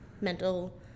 mental